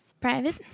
private